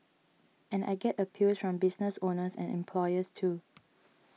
and I get appeals from business owners and employers too